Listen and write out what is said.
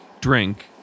drink